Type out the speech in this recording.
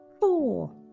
four